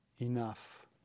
enough